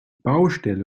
baustelle